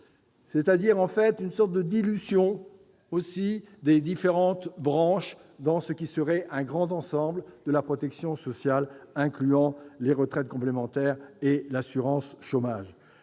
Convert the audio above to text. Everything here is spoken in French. sociales. Il s'agit d'une sorte de dilution des différentes branches dans ce qui serait un grand ensemble de la protection sociale incluant les retraites complémentaires et l'assurance chômage.